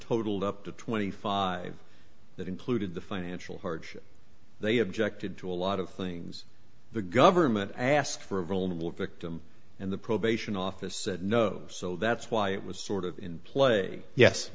totaled up to twenty five that included the financial hardship they objected to a lot of things the government asked for a vulnerable victim and the probation office said no so that's why it was sort of in play yes